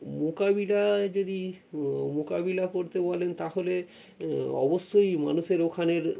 মোকাবিলায় যদি মোকাবিলা করতে বলেন তাহলে অবশ্যই মানুষের ওখানের